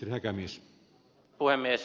arvoisa puhemies